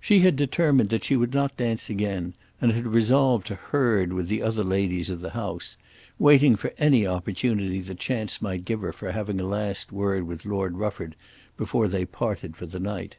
she had determined that she would not dance again and had resolved to herd with the other ladies of the house waiting for any opportunity that chance might give her for having a last word with lord rufford before they parted for the night